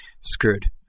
screwed